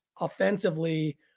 offensively